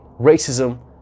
racism